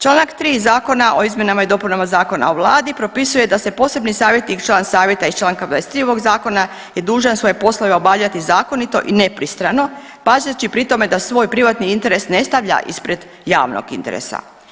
Članak 3. Zakona o izmjenama i dopunama Zakona o vladi propisuje da se posebni savjetnik, član savjeta iz Članka 23. ovog zakona je dužan svoje poslove obavljati zakonito i nepristrano pazeći pri tome da svoj privatni interes ne stavlja ispred javnog interesa.